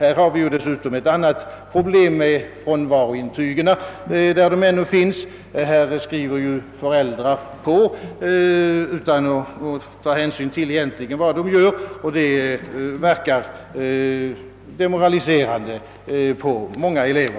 Vi har dessutom ett annat problem med frånvarointygen, där sådana ännu finns. Föräldrar skriver på sådana intyg utan att tänka närmare på vad de egentligen gör, och det verkar demoraliserande på många elever.